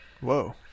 Whoa